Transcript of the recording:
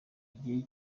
igihe